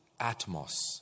atmos